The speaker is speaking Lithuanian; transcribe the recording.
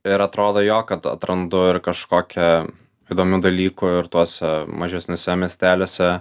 ir atrodo jo kad atrandu ir kažkokią įdomių dalykų ir tuose mažesniuose miesteliuose